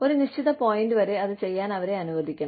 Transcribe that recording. ഒരു നിശ്ചിത പോയിന്റ് വരെ അത് ചെയ്യാൻ അവരെ അനുവദിക്കണം